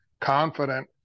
confident